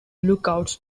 lookouts